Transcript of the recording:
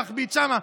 להכביד שם,